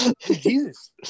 Jesus